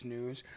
News